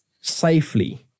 safely